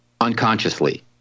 unconsciously